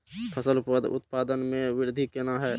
फसल उत्पादन में वृद्धि केना हैं?